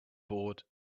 board